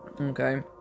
Okay